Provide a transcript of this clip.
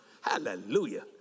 Hallelujah